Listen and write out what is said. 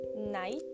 Night